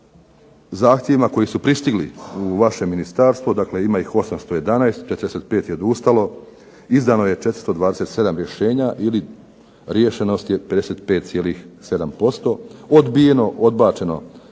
zahtjevima koji su pristigli u vaše ministarstvo, dakle ima ih 811, 45 ih je odustalo, izdano je 427 rješenja ili riješenost je 55,7%, odbijeno, odbačeno